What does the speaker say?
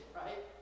right